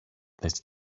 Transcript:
this